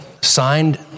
signed